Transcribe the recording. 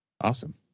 Awesome